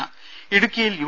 രുര ഇടുക്കിയിൽ യു